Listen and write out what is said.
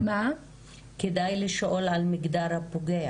כדאי לשאול על מגדר הפוגע.